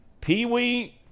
peewee